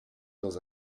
dans